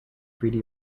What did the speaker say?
three